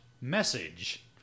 message